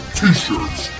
t-shirts